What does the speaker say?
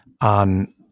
on